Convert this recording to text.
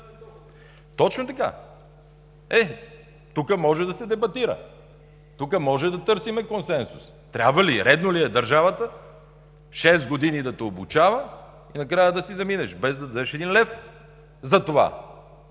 Точно така. Е, тук може да се дебатира. Тук можем да търсим консенсус – трябва ли, редно ли е държавата шест години да те обучава и накрая да си заминеш, без да дадеш един лев за това?